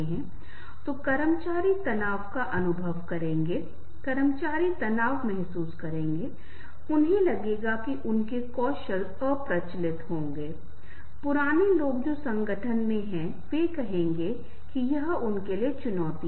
इसलिए हमें बहुत सतर्क रहना होगा क्योंकि आम तौर पर स्व प्रकटीकरण मुझे लगता है कि यह पारस्परिक है और अगर ऐसा नहीं हो रहा है तो हमें बहुत सतर्क रहना होगा